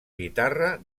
guitarra